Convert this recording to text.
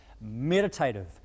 meditative